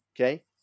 Okay